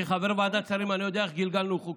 כחבר ועדת השרים אני יודע איך גלגלנו חוקים.